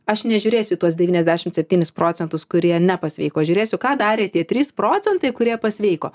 aš nežiūrėsiu į tuos devyniasdešimt septynis procentus kurie nepasveiko žiūrėsiu ką darė tie trys procentai kurie pasveiko